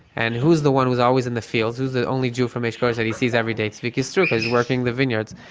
and who's the one who's always in the fields? who's the only jew from esh kodesh that he sees every day? it's tzviki strouk who's working the vineyards.